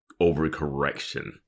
overcorrection